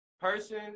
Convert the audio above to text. person